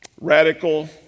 Radical